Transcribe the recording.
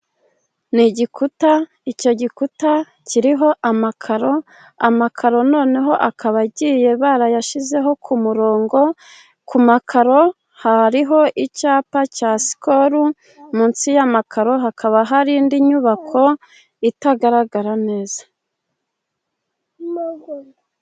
Ni igikuta, icyo gikuta kiriho amakaro, amakaro noneho akaba agiye barayashyizeho ku murongo, ku makaro hariho icyapa cya sikoro, munsi y'amakaro, hakaba hari indi nyubako itagaragara neza.